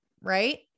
right